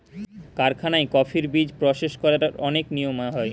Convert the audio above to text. কারখানায় কফির বীজ প্রসেস করার অনেক নিয়ম হয়